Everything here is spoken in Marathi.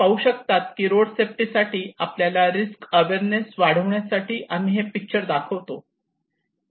आपण पाहू शकता की रोड सेफ्टी साठी आपल्याला रिस्क अवेअरनेस वाढवण्यासाठी आम्ही हे पिक्चर दाखवितो